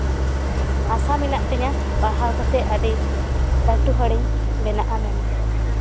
ᱟᱥᱟ ᱢᱮᱱᱟᱜ ᱛᱤᱧᱟ ᱯᱟᱲᱦᱟᱣ ᱠᱟᱛᱮᱫ ᱟᱹᱰᱤ ᱞᱟᱹᱴᱩ ᱦᱚᱲᱤᱧ ᱵᱮᱱᱟᱜᱼᱟ ᱢᱮᱱᱛᱮ